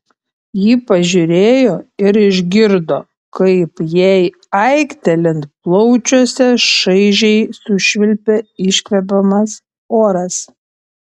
ji pažiūrėjo ir išgirdo kaip jai aiktelint plaučiuose šaižiai sušvilpia iškvepiamas oras